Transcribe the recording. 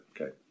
Okay